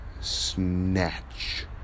snatch